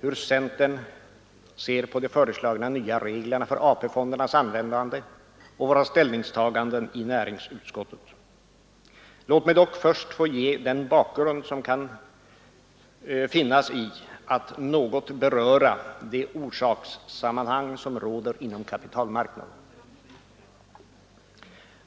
hur centern ser på de föreslagna nya reglerna för AP-fondernas användande och av våra ställningstaganden i näringsutskottet. Låt mig dock först få ge en bakgrund genom att något beröra de orsakssammanhang som råder inom kapitalmarknaden.